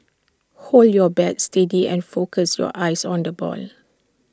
hold your bat steady and focus your eyes on the ball